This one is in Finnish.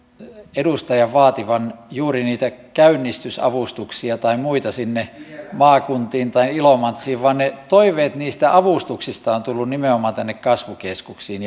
edustajan vaativan juuri niitä käynnistysavustuksia tai muita sinne maakuntiin tai ilomantsiin vaan ne toiveet niistä avustuksista ovat tulleet nimenomaan tänne kasvukeskuksiin